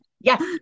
Yes